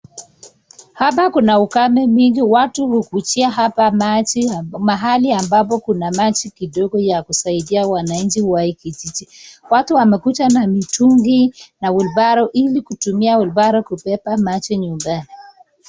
Hapa kuna ukame mwingi watu hukujia hapa maji mahali ambapo kuna maji kidogo ya kusaidia wananchi wa hii kijiji. Watu wamekuja na mitungi na wheelbarrow ili kutumia wheelbarrow kubeba maji nyumbani.